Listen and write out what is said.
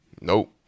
Nope